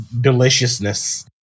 deliciousness